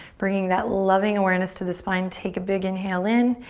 bringing that loving awareness to the spine. take a big inhale in.